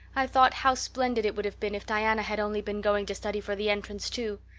i thought how splendid it would have been if diana had only been going to study for the entrance, too.